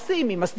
מסדירים,